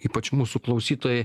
ypač mūsų klausytojai